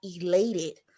elated